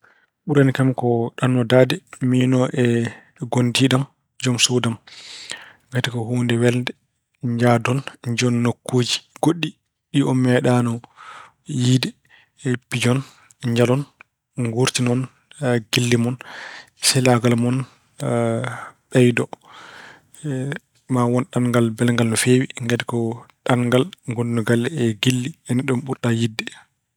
Ɓurani kam ko ɗannodaade miino e gondiiɗo am, jom suudu am ngati ko huunde welnde. Njahdon, njiyon nokkuuji goɗɗi, ɗi on meeɗaano yiyde. Pijon njalon, nguurtinon giɗli mon. Sehilaagal mon ɓeydoo. Maa won ɗanngal belngal no feewi ngati ko ɗanngal ngondungal e giɗli, neɗɗo mo ɓurɗa yiɗde.